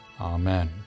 Amen